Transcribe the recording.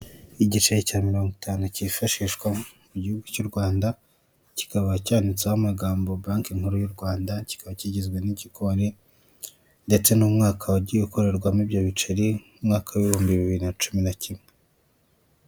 Igiceri cya mirongo itanu kifashishwa mu gihugu cy'u Rwanda kikaba cyanditseho amagambo banke nkuru y'u Rwanda, kikaba kigizwe n'ikigori ndetse n'umwaka wagiye ukorerwamo ibyo biceri, umwaka w'ibihumbi bibiri na cumi nakimwe.